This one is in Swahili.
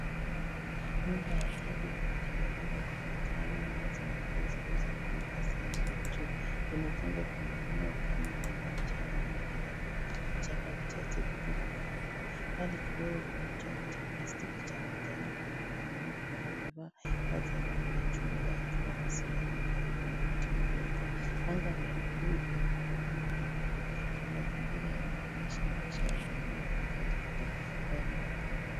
Nyumba ya jadi imetengenezwa kwa matawi , nyasi na nguo zilizofunika sehemu ya juu. Imejengwa kwenye eneo kame lenye mchanga mwingi na vichaka vichache vilivyokauka. Mbali kidogo kuna chombo cha plastiki cha manjano pamoja na mtu aliyevaa vazi la rangi ya chungwa akiwa amesimama karibu na mti mdogo. Anga ni ya buluu lenye mawingu meupe na mazingira yanaonyesha maisha ya jamii wafugaji katika maeneo kame.